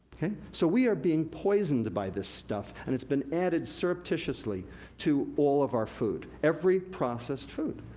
so, we are being poisoned by this stuff, and it's been added surreptitiously to all of our food, every processed food.